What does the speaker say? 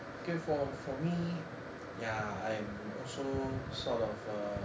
okay for for me ya I'm also sort of uh